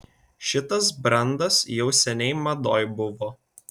šitas brendas jau seniai madoj buvo